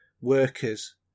workers